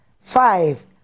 five